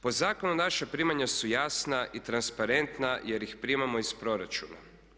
Po zakonu naša primanja su jasna i transparentna jer ih primamo iz proračuna.